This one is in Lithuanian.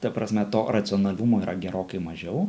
ta prasme to racionalumo yra gerokai mažiau